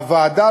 הוועדה,